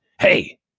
hey